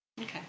Okay